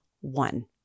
one